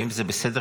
אם זה בסדר,